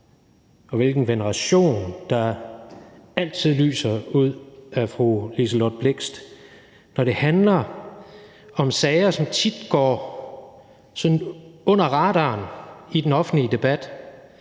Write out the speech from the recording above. og hvilken veneration der altid lyser ud af fru Liselott Blixt, når det handler om sager, som tit går under radaren i den offentlige debat,